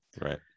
right